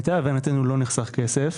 למיטב הבנתנו לא נחסך כסף,